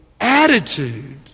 attitude